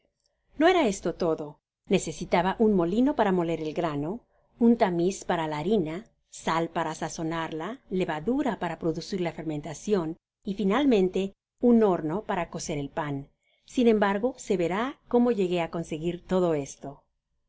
no era esta todo necesitaba un molino para moler el grano un tamil para la harina sal para sazonarla levadura para producir la fermentacion y finalmente un horno para cocer el pan sin embargo se verá cómo llegué á conseguir todo esto